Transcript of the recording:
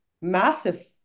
massive